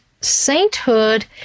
sainthood